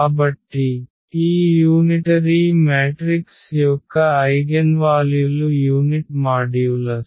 కాబట్టి ఈ unitary matrix యొక్క ఐగెన్వాల్యులు యూనిట్ మాడ్యూలస్